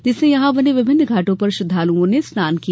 जिससे यहां बने विभिन्न घाटों पर श्रद्वालु ने स्नान किया